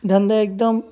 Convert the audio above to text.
धंदा एकदम